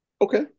Okay